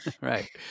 Right